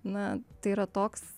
na tai yra toks